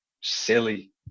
silly